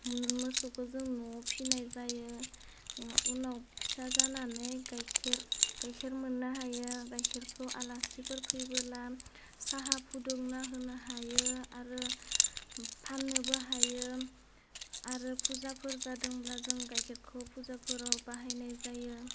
मोसौखौ जों नवाव फिनाय जायो ओह उनाव फिसा जानानै गायखेर गायखेर मोननो हायो गायखेरखौ आलासिफोर फैबोब्ला साहा फुदुंना होनो हायो आरो फाननोबो हायो आरो फुजाफोर जादोंब्ला जों गायखेरखौ फुजाफोराव बाहायनाय जायो